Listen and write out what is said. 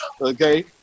okay